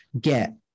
get